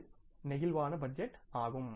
பதில் flexible budget ஆகும